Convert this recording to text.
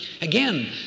Again